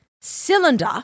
cylinder